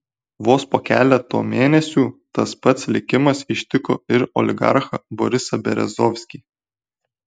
vos po keleto mėnesių tas pats likimas ištiko ir oligarchą borisą berezovskį